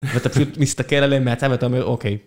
ואתה פשוט מסתכל עליהם מהצד ואתה אומר אוקיי.